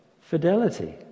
fidelity